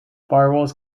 firewalls